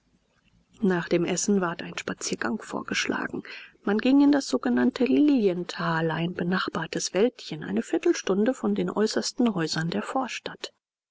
nach dem essen ward ein spaziergang vorgeschlagen man ging in das sogenannte lilienthal ein benachbartes wäldchen eine viertelstunde von den äußersten häusern der vorstadt